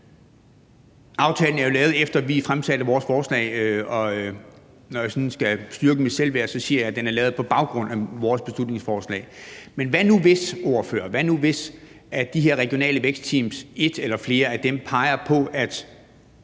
Aftalen er jo lavet, efter at vi fremsatte vores forslag. Når jeg sådan skal styrke mit selvværd, siger jeg, at den er lavet på baggrund af vores beslutningsforslag. Men hvad nu, ordfører, hvis et eller flere af de her regionale vækstteams peger på, at